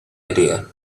idea